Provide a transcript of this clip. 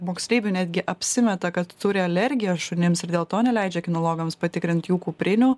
moksleivių netgi apsimeta kad turi alergiją šunims ir dėl to neleidžia kinologams patikrint jų kuprinių